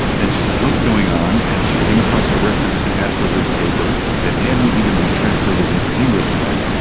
and she said what's going on, and she came across a reference to asperger's paper that hadn't even been translated into english yet.